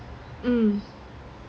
mm